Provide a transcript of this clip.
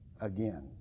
again